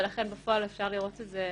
ולכן בפועל אפשר לראות את זה